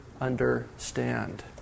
understand